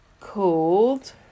called